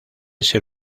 ser